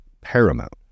paramount